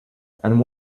and